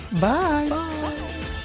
Bye